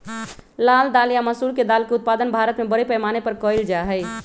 लाल दाल या मसूर के दाल के उत्पादन भारत में बड़े पैमाने पर कइल जा हई